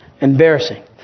embarrassing